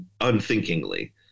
unthinkingly